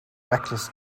reckless